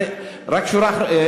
תודה.